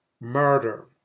murder